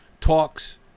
talks